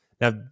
Now